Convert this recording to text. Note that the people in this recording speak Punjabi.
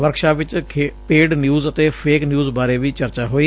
ਵਰਕਸ਼ਾਪ ਵਿਚ ਪੇਡ ਨਿਉਜ਼ ਅਤੇ ਫੇਕ ਨਿਉਜ਼ ਬਾਰੇ ਵੀ ਚਰਚਾ ਹੋਈ